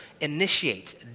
initiates